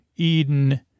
Eden